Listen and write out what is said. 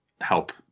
help